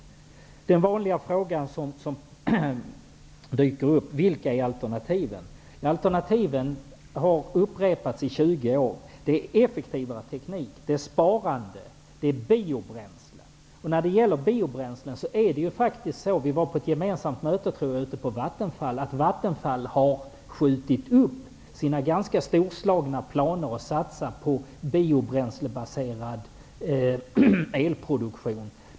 Den vanliga frågan som dyker upp är: Vilka är alternativen? Alternativen har upprepats i 20 år: När det gäller biobränslen kan jag nämna att vi när vi deltog vid ett möte på Vattenfall fick höra att man där har skjutit upp sina ganska storslagna planer på att satsa på biobränslebaserad elproduktion.